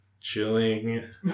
Chilling